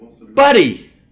Buddy